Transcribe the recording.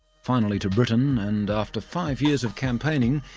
finally to britain, and after five years of campaigning,